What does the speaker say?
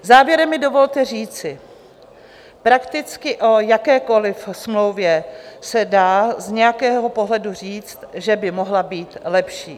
Závěrem mi dovolte říci, prakticky o jakékoliv smlouvě se dá z nějakého pohledu říct, že by mohla být lepší.